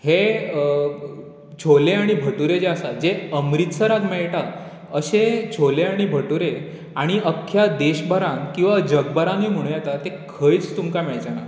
हे छोले आनी भटुरे जे आसात जे अमृतसराक मेळटा अशें छोले आनी भटुरे आनी अख्ख्या देशभरांत किंवां जगभरांतूय म्हणू येता तें खंयच तुमकां मेळचे नात